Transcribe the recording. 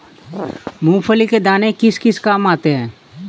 मूंगफली के दाने किस किस काम आते हैं?